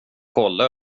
kolla